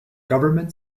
government